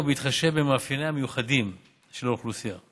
ובהתחשב במאפייניה המיוחדים של האוכלוסייה.